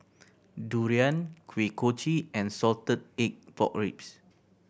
durian Kuih Kochi and salted egg pork ribs